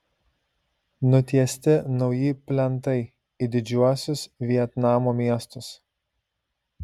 nutiesti nauji plentai į didžiuosius vietnamo miestus